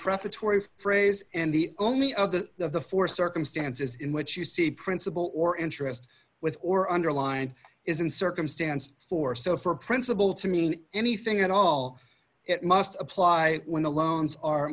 prefatory phrase and the only of the the four circumstances in which you see principle or interest with or underlined is in circumstance for so for a principle to mean anything at all it must apply when the loans are